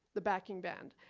the backing band.